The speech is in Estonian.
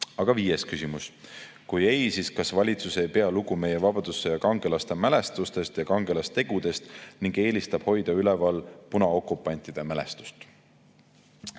Aga viies küsimus: "Kui ei, siis kas valitsus ei pea lugu meie Vabadussõja kangelaste mälestusest ja kangelastegudest ning eelistab hoida üleval punaokupantide mälestust?"